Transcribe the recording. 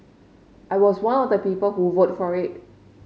I was one of the people who vote for it